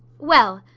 well!